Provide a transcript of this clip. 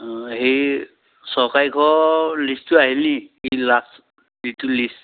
অঁ সেই চৰকাৰীঘৰৰ লিষ্টটো আহিল নি ই লাষ্ট যিটো লিষ্ট